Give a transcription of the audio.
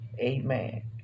Amen